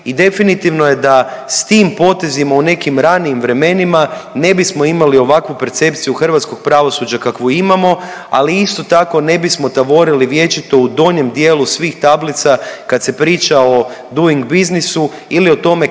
i definitivno je da je s tim potezima u nekim ranijim vremenima ne bismo imali ovakvu percepciju hrvatskog pravosuđa kakvu imamo, ali isto tako, ne bismo tavorili vječito u donjem dijelu svih tablica kad se priča o Doing bussinesu ili o tome kako